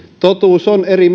totuus on eri